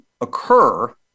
occur